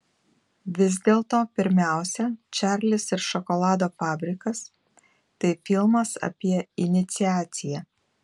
vis dėlto pirmiausia čarlis ir šokolado fabrikas tai filmas apie iniciaciją